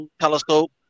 telescope